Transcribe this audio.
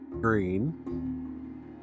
green